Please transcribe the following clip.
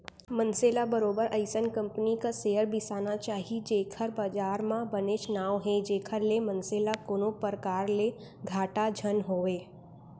मनसे ल बरोबर अइसन कंपनी क सेयर बिसाना चाही जेखर बजार म बनेच नांव हे जेखर ले मनसे ल कोनो परकार ले घाटा झन होवय